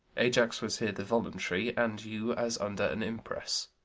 ajax was here the voluntary, and you as under an impress.